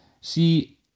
See